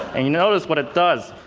and you notice what it does.